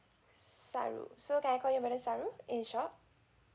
saru so can I call you madam saru in short